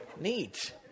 neat